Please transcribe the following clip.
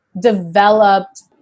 developed